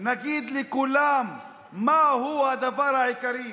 נגיד לכולם מהו הדבר העיקרי,